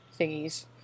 thingies